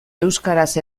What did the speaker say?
euskaraz